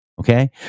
okay